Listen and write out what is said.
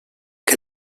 que